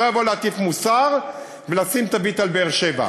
שלא יבוא להטיף מוסר ולשים תווית על באר-שבע.